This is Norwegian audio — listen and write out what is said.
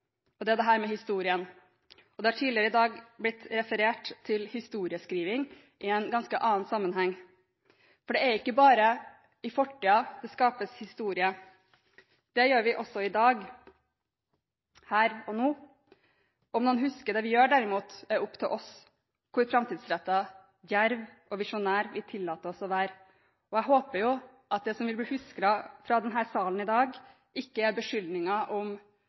også i dag – her og nå. Om noen husker det vi gjør, derimot, er opp til oss – hvor framtidsrettete, djerve og visjonære vi tillater oss å være – og jeg håper at det som vil bli husket fra denne salen i dag, ikke er beskyldninger om